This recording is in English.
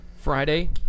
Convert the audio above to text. Friday